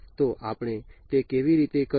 તો આપણે તે કેવી રીતે કરવું